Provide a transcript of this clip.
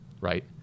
right